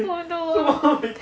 oh no